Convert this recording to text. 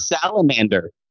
salamander